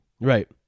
Right